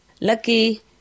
lucky